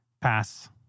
pass